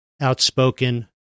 outspoken